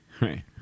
Right